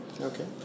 Okay